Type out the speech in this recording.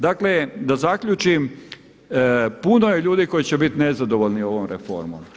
Dakle da zaključim, puno je ljudi koji će biti nezadovoljni ovom reformom.